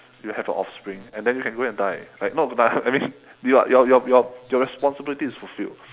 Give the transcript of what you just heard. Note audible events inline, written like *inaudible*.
you have a offspring and then you can go and die like not die I mean *laughs* your your your your your responsibility is fulfilled